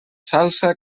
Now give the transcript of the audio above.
salsa